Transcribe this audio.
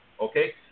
Okay